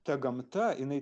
ta gamta jinai